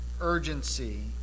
urgency